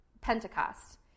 Pentecost